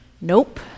Nope